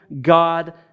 God